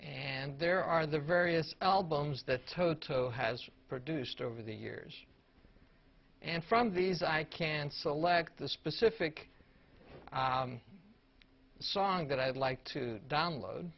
and there are the various albums that toto has produced over the years and from these i can select the specific song that i would like to download